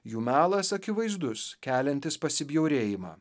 jų melas akivaizdus keliantis pasibjaurėjimą